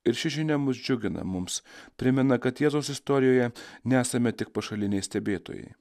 ir ši žinia mus džiugina mums primena kad jiezaus istorijoje nesame tik pašaliniai stebėtojai